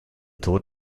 tod